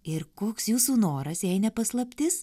ir koks jūsų noras jei ne paslaptis